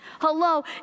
Hello